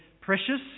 precious